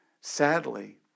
sadly